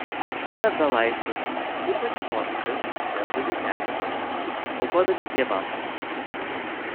karo belaisvius ypač vokiečius lietuviai degindavo aukodami dievams